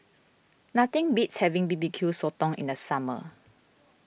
nothing beats having B B Q Sotong in the summer